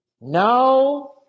Now